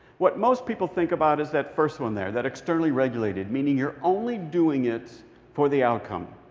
what most people think about is that first one there that externally regulated. meaning you're only doing it for the outcome.